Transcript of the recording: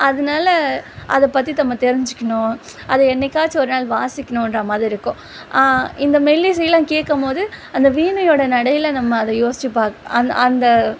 அதனால அது பற்றி தம்ம தெரிஞ்சிக்கணும் அது என்றைக்காச்சும் ஒரு நாள் வாசிக்குணுன்ற மாதிரி இருக்கும் இந்த மெல்லிசையெலாம் கேட்கும்போது அந்த வீணையோட நடையில் நம்ம அதை யோசித்து பாக் அந்த அந்த